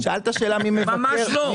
ממש לא.